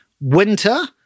Winter